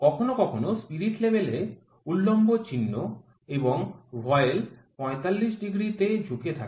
কখনও কখনও spirit level এ উল্লম্ব চিহ্ন এবং ভয়েল ৪৫ ডিগ্রীতে ঝুঁকে থাকে